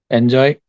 enjoy